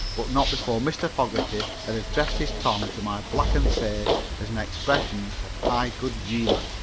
but not before mr. fogerty had addressed his tongue to my blackened face as an expression of high good humor.